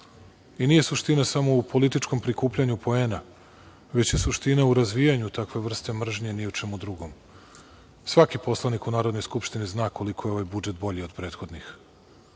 Nije suština samo u političkom prikupljanju poena, već je suština u razvijanju takve vrste mržnje, ni u čemu drugom. Svaki poslanik u Narodnoj skupštini zna koliko je ovaj budžet bolji od prethodnih,